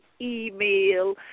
email